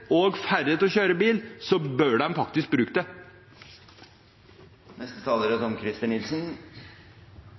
og færre til å kjøre bil, så bør de faktisk bruke det. La meg replisere til siste taler: